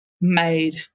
made